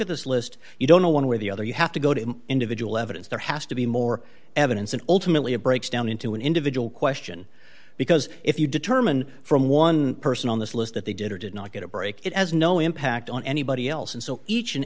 at this list you don't know one way or the other you have to go to individual evidence there has to be more evidence and ultimately it breaks down into an individual question because if you determine from one person on this list that they did or did not get a break it has no impact on anybody else and so each and